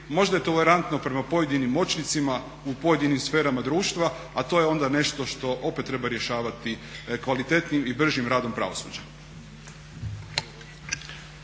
možda je tolerantno prema pojedinim moćnicima u pojedinim sferama društva, a to je onda nešto što opet treba rješavati kvalitetnim i bržim radom pravosuđa.